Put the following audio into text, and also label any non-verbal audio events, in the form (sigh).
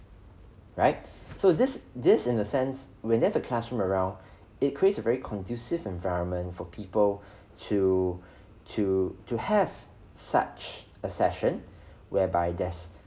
right (breath) so this this in a sense when they have a classroom around (breath) it creates a very conducive environment for people (breath) to to (breath) to have such a session (breath) whereby there's